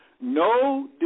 No